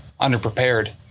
underprepared